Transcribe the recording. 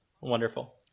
Wonderful